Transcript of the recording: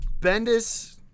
Bendis